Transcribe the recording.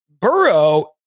Burrow